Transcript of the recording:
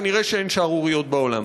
כנראה אין שערוריות בעולם.